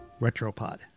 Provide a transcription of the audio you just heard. Retropod